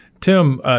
Tim